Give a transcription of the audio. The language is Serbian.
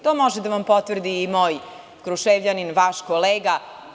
To može da vam potvrdi moj Kruševljanin, vaš kolega.